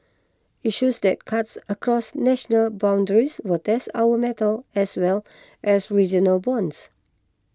issues that cuts across national boundaries will test our mettle as well as regional bonds